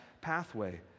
pathway